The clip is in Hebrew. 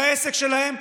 את העסק שלהם,